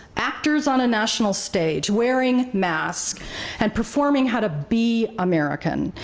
actors on a national stage wearing masks and performing how to be american,